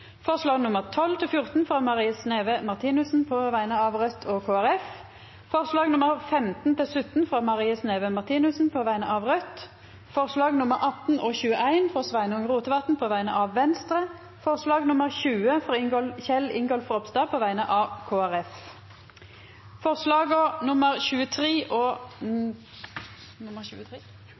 frå Marie Sneve Martinussen på vegner av Raudt og Kristeleg Folkeparti forslaga nr. 15–17, frå Marie Sneve Martinussen på vegner av Raudt forslaga nr. 18 og 21, frå Sveinung Rotevatn på vegner av Venstre forslag nr. 20, frå Kjell Ingolf Ropstad på vegner av Kristeleg Folkeparti Forslaga nr. 23 og